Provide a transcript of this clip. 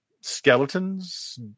skeletons